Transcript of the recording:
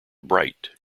bright